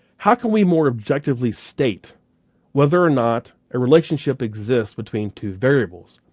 how could we more objectively state whether or not a relationship exists between two variables?